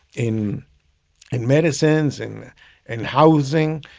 in and medicines, in and housing,